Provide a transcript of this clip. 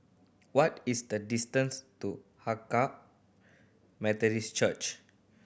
what is the distance to Hakka Methodist Church